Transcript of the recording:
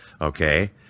okay